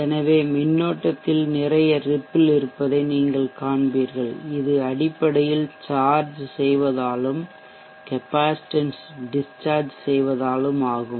எனவே மின்னோட்டத்தில் நிறைய ரிப்பிள் இருப்பதை நீங்கள் காண்பீர்கள் இது அடிப்படையில் சார்ஜ் செய்வதாலும் கெப்பாசிட்டன்ஸ் டிஸ்சார்ஜ் செய்வதாலும் ஆகும்